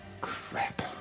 Crap